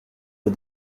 aux